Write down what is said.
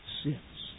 sits